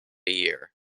year